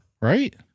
Right